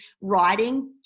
writing